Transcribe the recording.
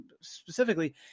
specifically